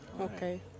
Okay